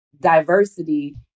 diversity